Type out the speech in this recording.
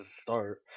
start